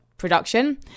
Production